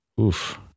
Oof